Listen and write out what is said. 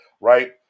right